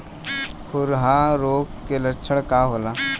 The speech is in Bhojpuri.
खुरहा रोग के लक्षण का होला?